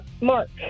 Mark